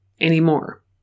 anymore